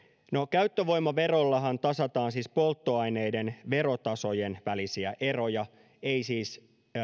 käyttövoimaverollahan tasataan siis polttoaineiden verotasojen välisiä eroja ei siis